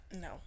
No